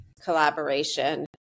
collaboration